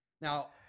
Now-